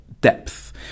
depth